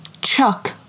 Chuck